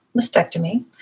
mastectomy